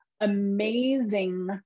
amazing